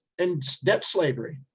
and debt slavery.